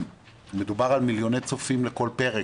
מדובר על מיליוני צופים בכל פרק,